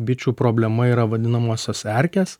bičių problema yra vadinamosios erkės